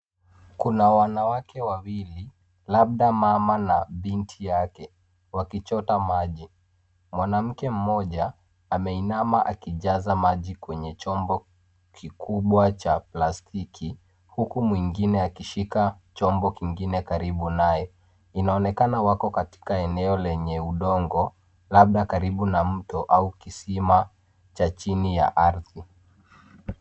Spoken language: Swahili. Kuna wanawake wawili, labda mama na binti yake, wakichota maji. Mwanamke mmoja ameinama akijaza maji kwenye chombo kikubwa cha plastiki huku mwingine akishika chombo kingine karibu naye. Inaonekana wako katika eneo lenye udongo, labda karibu na mto au kisima cha chini ya ardhi.